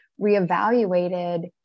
reevaluated